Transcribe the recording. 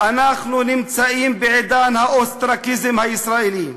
אנחנו נמצאים בעידן האוסטרקיזם הישראלי.